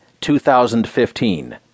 2015